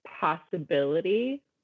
possibility